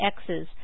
X's